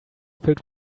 filled